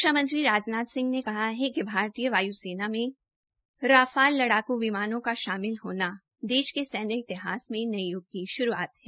रक्षा मंत्री राजनाथ सिंह ने कहा है कि भारतीय वायुसेना में राफाल लड़ाकू विमानों को शामिल होना देशा के सैन्य इतिहास में नये युग की शुरूआत है